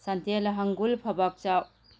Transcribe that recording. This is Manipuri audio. ꯁꯟꯊꯦꯜ ꯍꯪꯒꯨꯜ ꯐꯕꯥꯛꯆꯥꯎ